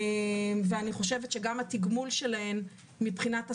ואני חושבת שגם התגמול שלהן, מבחינת השכר,